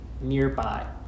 nearby